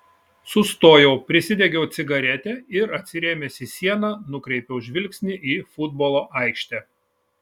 sustojau prisidegiau cigaretę ir atsirėmęs į sieną nukreipiau žvilgsnį į futbolo aikštę